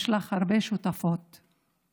יש לך הרבה שותפות ושותפים.